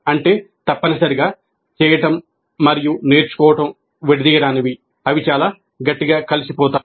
అంటే తప్పనిసరిగా చేయడం మరియు నేర్చుకోవడం విడదీయరానివి అవి చాలా గట్టిగా కలిసిపోతాయి